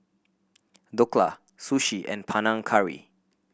Dhokla Sushi and Panang Curry